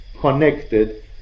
connected